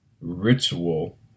ritual